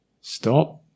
stop